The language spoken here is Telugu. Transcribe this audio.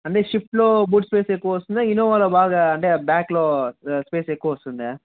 అంటే స్విఫ్ట్లో బూట్ స్పేస్ ఎక్కువ వస్తుందా ఇన్నోవాలో బాగా అంటే బ్యాక్లో స్పేస్ ఎక్కువ వస్తుందా